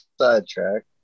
sidetrack